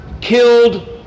killed